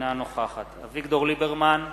אינה נוכחת אביגדור ליברמן,